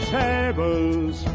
tables